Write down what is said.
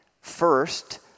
First